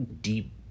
deep